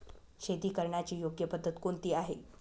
शेती करण्याची योग्य पद्धत कोणती आहे?